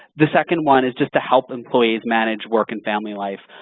the second one is just to help employees manage work and family life.